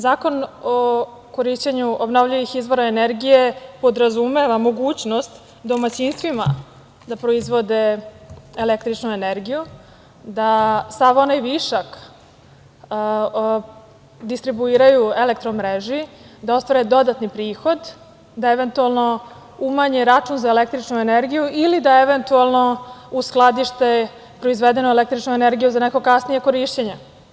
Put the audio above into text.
Zakon o korišćenju obnovljivih izvora energije podrazumeva mogućnost domaćinstvima da proizvode električnu energiju, da sav onaj višak distribuiraju Elektromreži, da ostvare dodatni prihod, da eventualno umanje račun za električnu energiju ili da eventualno uskladište proizvedenu električnu energiju za neko kasnije korišćenje.